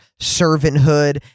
servanthood